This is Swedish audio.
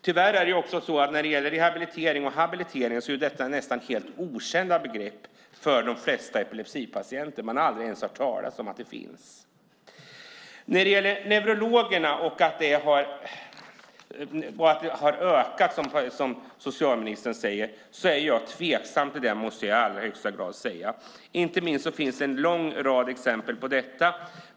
Tyvärr är det också så när det gäller rehabilitering och habilitering att det är nästan helt okända begrepp för de flesta epilepsipatienter. Man har aldrig ens hört talas om att det finns. När det gäller neurologerna och att antalet har ökat, som socialministern säger, måste jag säga att jag i allra högsta grad är tveksam till det. Inte minst finns det en lång rad exempel på detta.